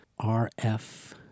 RF